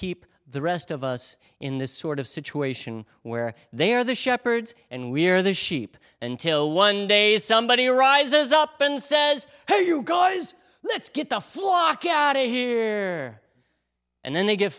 keep the rest of us in this sort of situation where they are the shepherds and we're the sheep until one day somebody rises up and says hey you guys let's get the flock out of here and then they get